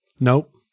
nope